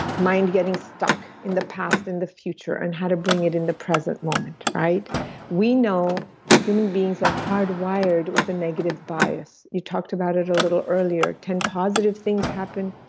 mind getting stuck in the past, in the future, and how to bring it in the present moment. we know human beings are hard wired with the negative bias. you talked about it a little earlier, ten positive things happen,